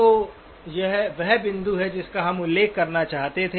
तो यह वह बिंदु है जिसका हम उल्लेख करना चाहते थे